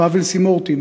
פאבל סימורטין,